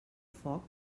foc